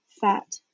fat